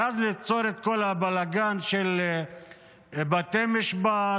ואז ליצור את כל הבלגן של בתי משפט,